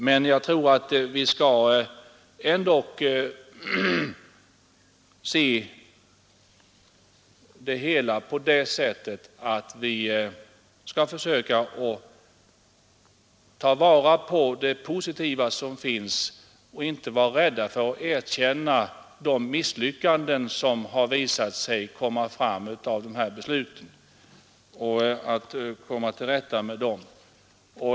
Vi bör naturligtvis försöka ta vara på det positiva som finns i dessa men inte vara rädda för att erkänna de misslyckanden som dessa beslut visat sig leda till utan försöka komma till rätta med dem.